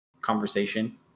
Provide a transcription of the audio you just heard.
conversation